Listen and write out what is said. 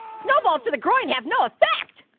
snowballs to the groin have no effect.